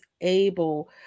able